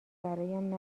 برایم